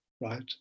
right